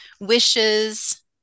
wishes